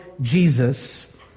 Jesus